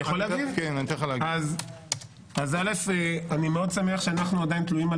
אני מאוד שמח שאנחנו עדיין תלויים על